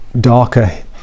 darker